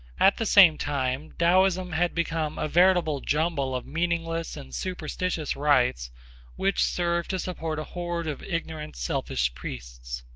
at the same time taoism had become a veritable jumble of meaningless and superstitious rites which served to support a horde of ignorant, selfish priests.